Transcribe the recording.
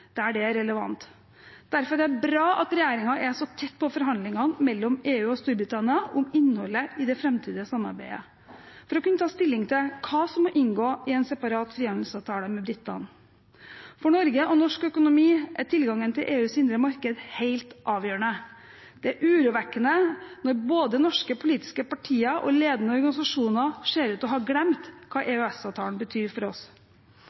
der det er relevant. Derfor er det bra at regjeringen er så tett på forhandlingene mellom EU og Storbritannia om innholdet i det framtidige samarbeidet – for å kunne ta stilling til hva som må inngå i en separat frihandelsavtale med britene. For Norge og norsk økonomi er tilgangen til EUs indre marked helt avgjørende. Det er urovekkende når både norske politiske partier og ledende organisasjoner ser ut til å ha glemt hva EØS-avtalen betyr for oss.